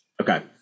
Okay